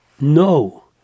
No